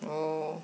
mm